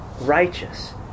righteous